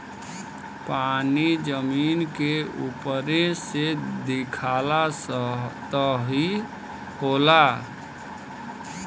पानी जमीन के उपरे से दिखाला सतही होला